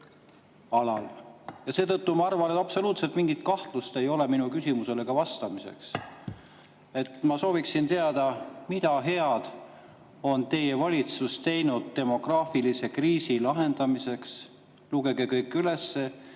ja seetõttu ma arvan, et ei ole absoluutselt mingit kahtlust, et te minu küsimusele vastate. Ma sooviksin teada, mida head on teie valitsus teinud demograafilise kriisi lahendamiseks. Lugege kõik üles